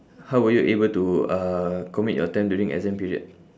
how were you able to uh commit your time during exam period